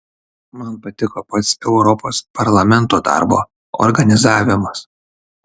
man patiko pats europos parlamento darbo organizavimas